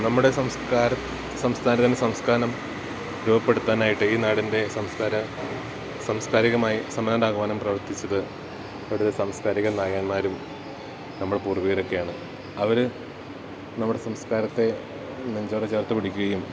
നമ്മുടെ സംസ്കാര സംസ്താരതമ്യ സംസ്കാനം രൂപപ്പെടുത്താനായിട്ട് ഈ നാടിൻ്റെ സംസ്കാര സാംസ്കാരികമായി സമയണ്ടാഹ്വാനം പ്രവർത്തിച്ചത് അവിടുത്തെ സംസ്കാരിക നായകന്മാരും നമ്മളെ പൂർവ്വികരൊക്കെയാണ് അവർ നമ്മുടെ സംസ്കാരത്തെ നെഞ്ചോട് ചേർത്ത് പിടിക്കുകയും